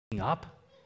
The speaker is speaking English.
up